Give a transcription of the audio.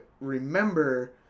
remember